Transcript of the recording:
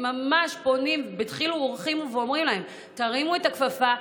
הם ממש פונים בדחילו ורחימו ואומרים להם: תרימו את הכפפה,